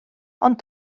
ond